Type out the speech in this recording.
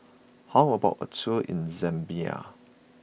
how about a tour in Zambia